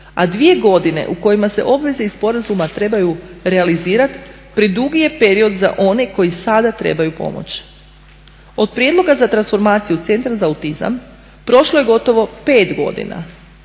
a dvije godine u kojima se obveze iz sporazuma trebaju realizirat predugi je period za one koji sada trebaju pomoć. Od prijedloga za transformaciju Centra za autizam prošlo je gotovo 5 godina,